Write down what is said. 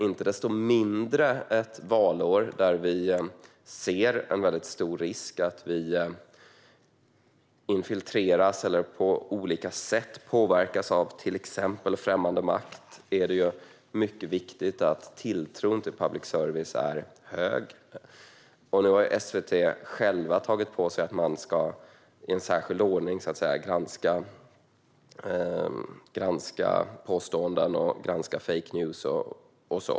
Inte desto mindre är det mycket viktigt under ett valår, där vi ser en stor risk för att vi infiltreras eller på olika sätt påverkas av till exempel främmande makt, att tilltron till public service är hög. Nu har SVT själva tagit på sig att i särskild ordning granska påståenden och fake news.